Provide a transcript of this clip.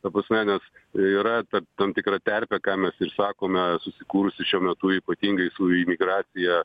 ta prasme nes yra tam tam tikra terpė ką mes ir sakome susikūrusi šiuo metu ypatingai su imigracija